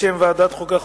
בשם ועדת החוקה,